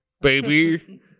baby